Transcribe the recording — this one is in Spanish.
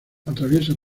atraviesa